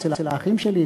אצל האחים שלי,